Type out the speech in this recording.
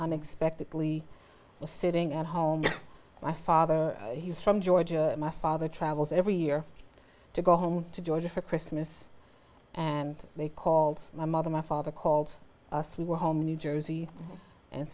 unexpectedly sitting at home my father he's from georgia my father travels every year to go home to georgia for christmas and they called my mother my father called us we were home in new jersey and